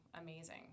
amazing